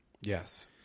Yes